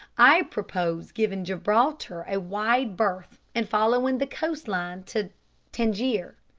i propose giving gibraltar a wide berth, and following the coast line to tangier.